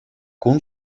кун